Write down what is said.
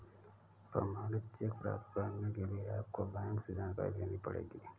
प्रमाणित चेक प्राप्त करने के लिए आपको बैंक से जानकारी लेनी पढ़ेगी